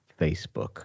Facebook